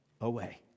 away